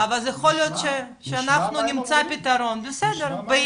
הבנתי, אבל יכול להיות שאנחנו נמצא פתרון ביחד.